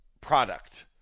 product